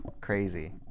Crazy